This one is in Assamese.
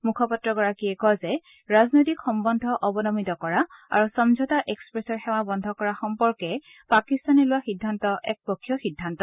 মুখপাত্ৰগৰাকীয়ে কয় যে ৰাজনৈতিক সম্বন্ধ অৱনমিত কৰা আৰু সমঝোতা এক্সপ্ৰেছৰ সেৱা বন্ধ কৰা সম্পৰ্কে পাকিস্তানে লোৱা সিদ্ধান্ত একপক্ষীয় সিদ্ধান্ত